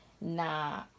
nah